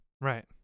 Right